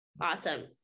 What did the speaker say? Awesome